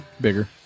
bigger